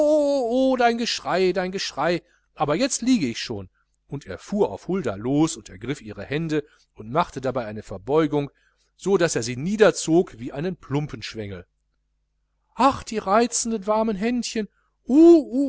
oh dein geschrei dein geschrei aber jetzt liege ich schon und er fuhr auf hulda los und ergriff ihre hände und machte dabei eine verbeugung so daß er sie niederzog wie einen plumpenschwengel ach die reizenden warmen händchen